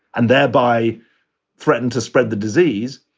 and thereby threatened to spread the disease.